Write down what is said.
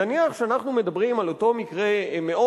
נניח שאנחנו מדברים על אותו מקרה מאוד